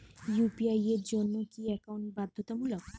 UPI এর জন্য কি একাউন্ট বাধ্যতামূলক?